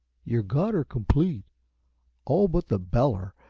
yuh got her complete all but the beller,